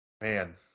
Man